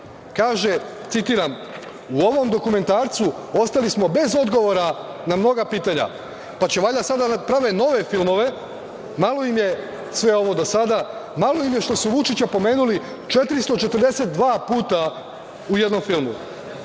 Kaže, citiram: „U ovom dokumentarcu ostali smo bez odgovora na mnoga pitanja.“ Pa će valjda sada da prave nove filmove, malo im je sve ovo do sada, malo ime je što su Vučića pomenuli 442 puta u jednom filmu.